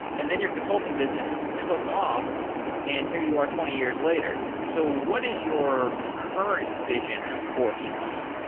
and then your consulting business took off and here you are twenty years later. so, what is your current vision for tikal?